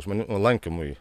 žmonių lankymui